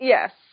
Yes